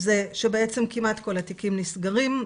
זה שבעצם כל התיקים נסגרים.